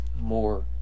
more